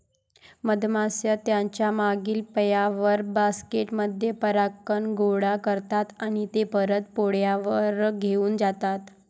मधमाश्या त्यांच्या मागील पायांवर, बास्केट मध्ये परागकण गोळा करतात आणि ते परत पोळ्यावर घेऊन जातात